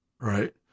right